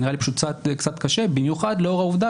זה נראה לי פשוט קצת קשה במיוחד לאור העובדה